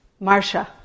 Marsha